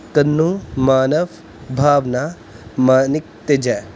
ਤਨੂੰ ਮਾਨਵ ਭਾਵਨਾ ਮਾਨਿਕ ਅਤੇ ਜੈ